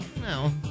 no